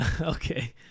Okay